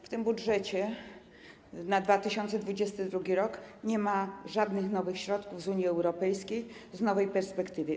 W tym budżecie na 2022 r. nie ma żadnych nowych środków z Unii Europejskiej, z nowej perspektywy.